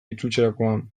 itzultzerakoan